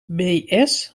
nmbs